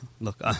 look